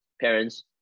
Parents